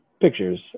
pictures